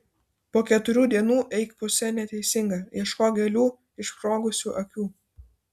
po keturių dienų eik puse neteisinga ieškok gėlių išsprogusių akių